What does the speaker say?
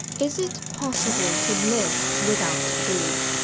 is it possible to live without food?